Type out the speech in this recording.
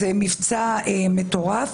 זה מבצע מטורף,